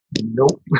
Nope